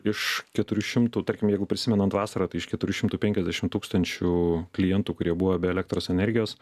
iš keturių šimtų tarkim jeigu prisimenant vasarą tai iš keturių šimtų penkiasdešim tūkstančių klientų kurie buvo be elektros energijos